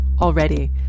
already